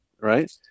right